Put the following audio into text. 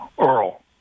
Earl